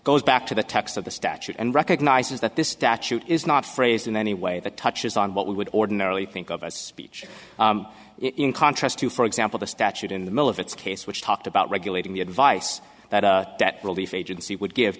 goes back to the text of the statute and recognizes that this statute is not phrased in any way that touches on what we would ordinarily think of as speech in contrast to for example the statute in the middle of its case which talked about regulating the advice that a debt relief agency would give